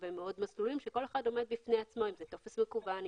מסלולים שכל אחד עומד בפני עצמו - אם זה טופס מקוון,